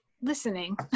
listening